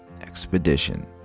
expedition